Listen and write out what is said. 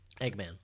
Eggman